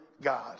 God